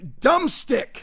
dumbstick